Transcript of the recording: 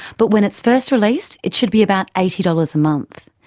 but when it's first released it should be about eighty dollars a month.